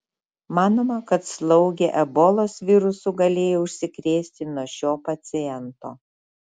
manoma kad slaugė ebolos virusu galėjo užsikrėsti nuo šio paciento